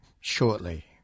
shortly